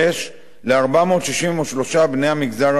ל-463 בני המגזר הלא-יהודי.